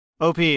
OP